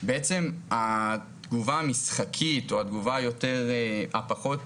בעצם התגובה המשחקית, או התגובה הפחות